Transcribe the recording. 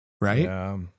Right